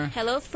Hello